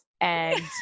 and-